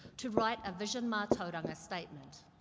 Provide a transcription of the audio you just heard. to write a vision mah-toh-dung-uh statement.